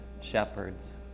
shepherds